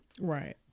Right